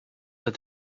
that